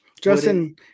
Justin